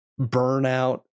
burnout